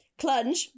Clunge